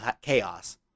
chaos